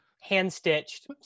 hand-stitched